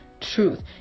truth